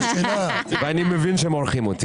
אבל אני מבין שמורחים אותי.